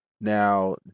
Now